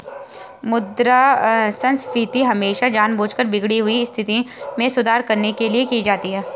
मुद्रा संस्फीति हमेशा जानबूझकर बिगड़ी हुई स्थिति में सुधार करने के लिए की जाती है